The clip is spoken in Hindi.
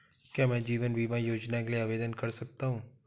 क्या मैं जीवन बीमा योजना के लिए आवेदन कर सकता हूँ?